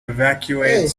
evacuate